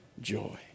joy